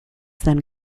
then